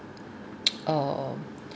err